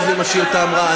שזה משאיר טעם רע.